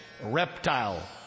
reptile